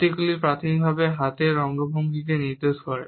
প্রতীকগুলি প্রাথমিকভাবে হাতের অঙ্গভঙ্গিগুলিকে নির্দেশ করে